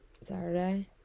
Saturday